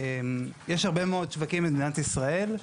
יש הרבה מאוד שווקים במדינת ישראל.